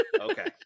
Okay